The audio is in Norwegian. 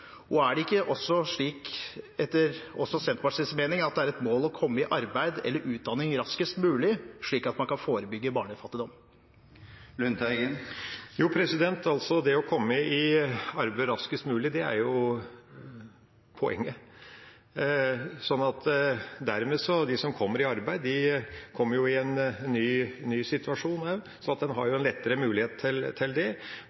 er det ikke slik, også etter Senterpartiets mening, at det er et mål å komme i arbeid eller utdanning raskest mulig, slik at man kan forebygge barnefattigdom? Jo, det å komme i arbeid raskest mulig, er poenget. De som kommer i arbeid, de kommer dermed i en ny situasjon – en har en bedre mulighet til det